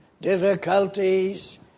difficulties